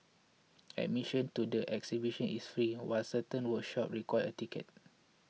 admission to the exhibition is free while certain workshops require a ticket